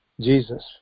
Jesus